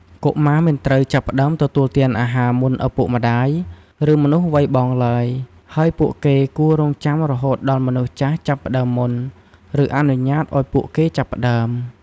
កុមារមិនត្រូវចាប់ផ្តើមទទួលទានអាហារមុនឪពុកម្តាយ ឬមនុស្សវ័យបងឡើយ ហើយពួកគេគួររង់ចាំរហូតដល់មនុស្សចាស់ចាប់ផ្តើមមុន ឬអនុញ្ញាតឲ្យពួកគេចាប់ផ្តើម។